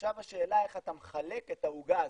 עכשיו השאלה איך אתה מחלק את העוגה הזאת,